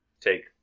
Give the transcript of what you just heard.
take